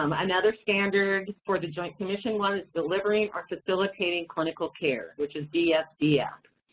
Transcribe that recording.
um another standard for the joint commission was delivering or facilitating clinical care, which is dsdf.